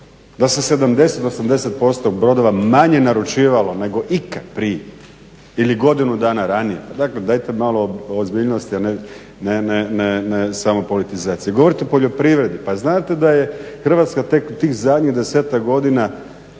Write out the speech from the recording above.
da se 70, 80% brodova manje naručivalo nego ikad prije ili godinu dana ranije. Dakle dajte malo ozbiljnosti, a ne samo politizacije. Govorite o poljoprivredi, pa znate da je Hrvatska tek u tih zadnjih 10-tak godina